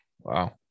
Wow